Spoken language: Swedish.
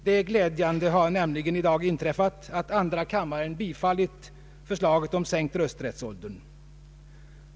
Det glädjande har nämligen i dag inträffat att andra kammaren bifallit förslaget om sänkt rösträttsålder.